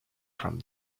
from